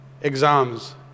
exams